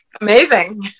Amazing